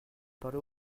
parlé